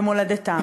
במולדתם.